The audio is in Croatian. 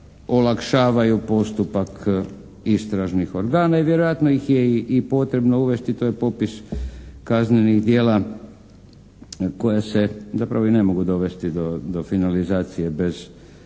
da olakšavaju postupak istražnih organa i vjerojatno ih je i potrebno uvesti. To je popis kaznenih djela koja se zapravo i ne mogu dovesti do finalizacije bez takve